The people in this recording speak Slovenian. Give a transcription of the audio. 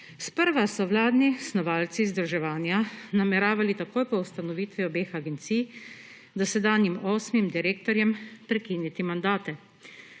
Sprva so vladni snovalci združevanja nameravali takoj po ustanovitvi obeh agencij dosedanjim osmim direktorjem prekiniti mandate,